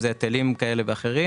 היטלים כאלה ואחרים